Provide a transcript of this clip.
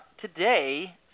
today